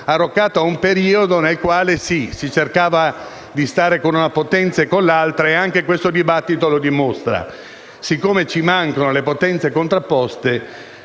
arroccata a un periodo in cui si cercava di stare con una potenza o con l'altra, e anche questo dibattito lo dimostra. Siccome mancano le potenze contrapposte,